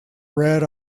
red